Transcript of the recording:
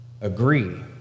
Agree